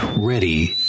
ready